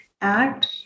act